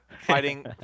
fighting